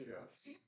Yes